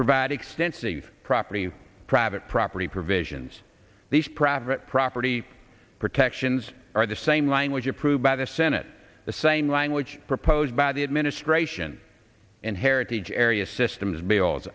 provide extensive property private property provisions these private property protections are the same language approved by the senate the same language proposed by the administration and heritage area systems bills